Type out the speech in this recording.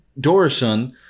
Dorison